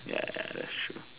ya ya that's true